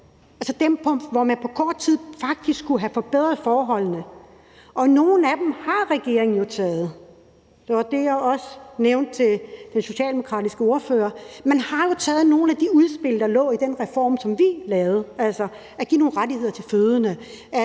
altså dem, hvor man på kort tid faktisk kunne have forbedret forholdene, kunne man godt tage. Og nogle af dem har regeringen jo taget – det var det, jeg også nævnte til den socialdemokratiske ordfører. Man har jo taget nogle af de udspil, der lå i den reform, vi lavede, altså at give nogle rettigheder til fødende